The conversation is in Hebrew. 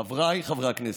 חבריי חברי הכנסת,